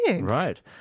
Right